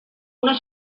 una